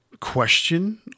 question